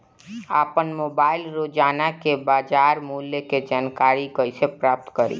आपन मोबाइल रोजना के बाजार मुल्य के जानकारी कइसे प्राप्त करी?